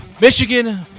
Michigan